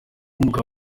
umugabo